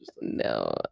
No